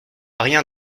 rien